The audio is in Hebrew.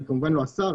כמובן אני לא השר,